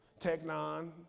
Technon